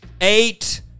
Eight